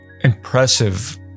impressive